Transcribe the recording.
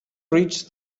reached